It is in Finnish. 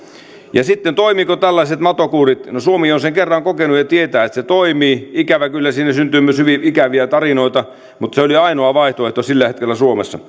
ja sitten toimivatko tällaiset matokuurit no suomi on sen kerran kokenut ja tietää että se toimii ikävä kyllä siinä syntyy myös hyvin ikäviä tarinoita mutta se oli ainoa vaihtoehto sillä hetkellä suomessa